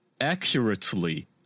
accurately